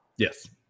Yes